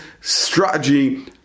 strategy